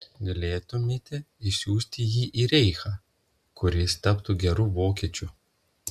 galėtumėte išsiųsti jį į reichą kur jis taptų geru vokiečiu